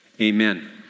amen